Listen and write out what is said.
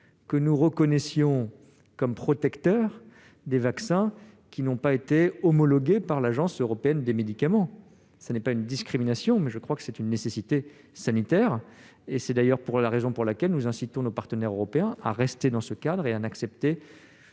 de reconnaître comme protecteurs des vaccins qui n'auraient pas été homologués par l'Agence européenne des médicaments. Ce n'est pas une discrimination, mais une nécessité sanitaire. C'est d'ailleurs la raison pour laquelle nous incitons nos partenaires européens à rester dans ce cadre et à n'accepter-